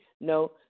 no